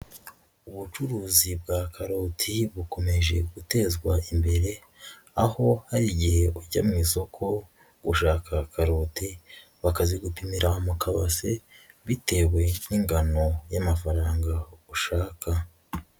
Ubucuruzi bwa karoti bukomeje gutezwa imbere, aho hari igihe ujya mu isoko gushaka karoti, bakazigupimira mu kabase bitewe n'ingano y'amafaranga ushaka.